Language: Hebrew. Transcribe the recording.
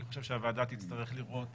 אני חושב שהוועדה תצטרך לראות